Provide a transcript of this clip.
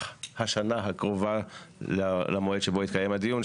השנה הקרובה למועד שבו התקיים הדיון,